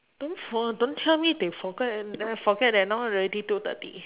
don't for~ don't tell me they forget then forget that now already two thirty